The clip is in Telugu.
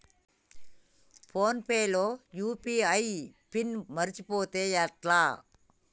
ఫోన్ పే లో యూ.పీ.ఐ పిన్ మరచిపోతే ఎట్లా?